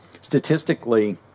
Statistically